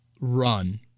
Run